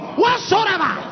whatsoever